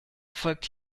folgt